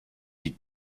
die